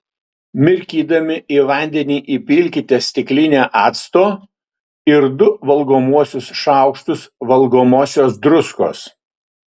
mirkydami į vandenį įpilkite stiklinę acto ir du valgomuosius šaukštus valgomosios druskos